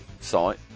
site